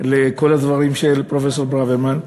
לכל הדברים של פרופסור ברוורמן.